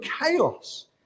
chaos